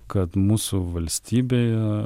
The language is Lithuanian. kad mūsų valstybėje